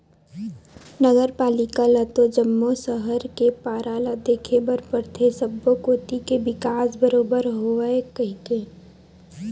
नगर पालिका ल तो जम्मो सहर के पारा ल देखे बर परथे सब्बो कोती के बिकास बरोबर होवय कहिके